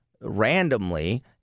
randomly